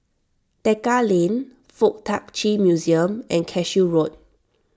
Tekka Lane Fuk Tak Chi Museum and Cashew Road